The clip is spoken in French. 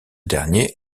dernier